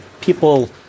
people